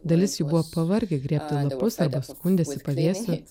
dalis jų buvo pavargę grėbti lapus arba skundėsi pavėsiu